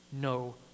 no